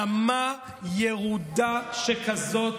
רמה ירודה שכזאת,